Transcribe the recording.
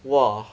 !wah!